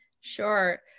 Sure